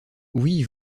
oui